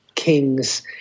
kings